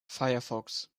firefox